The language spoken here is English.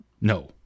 no